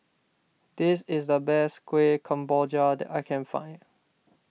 this is the best Kuih Kemboja that I can find